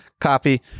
Copy